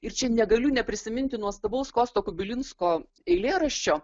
ir čia negaliu neprisiminti nuostabaus kosto kubilinsko eilėraščio